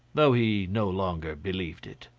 though he no longer believed it.